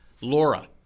Laura